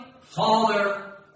father